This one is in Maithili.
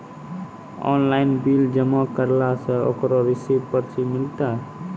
ऑनलाइन बिल जमा करला से ओकरौ रिसीव पर्ची मिलतै?